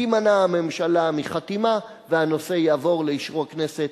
תימנע הממשלה מחתימה והנושא יעבור לאשרור הכנסת.